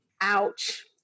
ouch